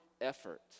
effort